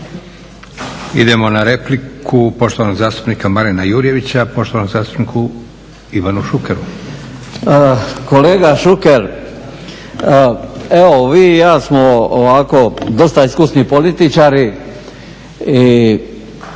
Idemo na repliku poštovanog zastupnika Marina Jurjevića poštovanom zastupniku Ivanu Šukeru. **Jurjević, Marin (SDP)** Kolega Šuker evo vi ja smo ovako dosta iskusni političari i